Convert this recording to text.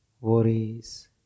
worries